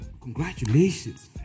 congratulations